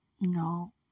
No